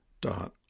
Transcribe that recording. dot